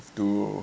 to